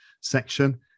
section